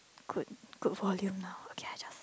good good volume now okay adjust